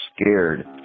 scared